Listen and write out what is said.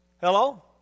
Hello